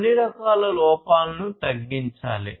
అన్ని రకాల లోపాలను తగ్గించాలి